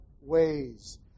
ways